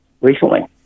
recently